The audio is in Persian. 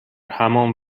همان